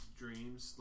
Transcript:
dreams